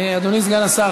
אדוני סגן השר,